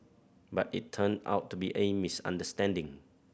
but it turned out to be a misunderstanding